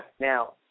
Now